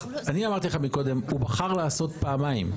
אני אמרתי לך מקודם הוא בחר לעשות פעמיים.